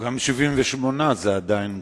גם 78% זה עדיין גבוה.